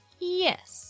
Yes